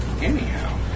anyhow